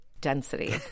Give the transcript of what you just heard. density